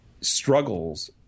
struggles